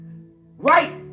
Right